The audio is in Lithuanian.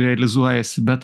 realizuojasi bet